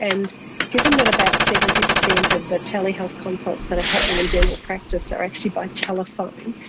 and given that about seventy percent of the telehealth consults that are happening in general practice are actually by telephone,